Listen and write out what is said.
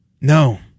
No